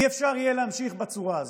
לא יהיה אפשר להמשיך בצורה הזאת.